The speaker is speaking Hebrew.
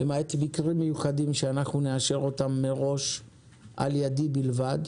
למעט מקרים מיוחדים שאנחנו נאשר אותם מראש על-ידי בלבד.